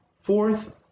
fourth